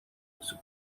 موضوع